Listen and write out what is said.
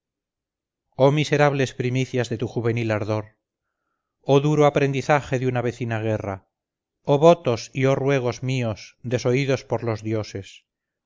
oh miserables primicias de tu juvenil ardor oh duro aprendizaje de una vecina guerra oh votos y oh ruegos míos desoídos por los dioses